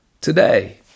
today